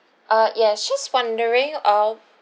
uh yes just wondering of